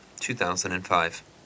2005